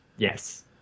Yes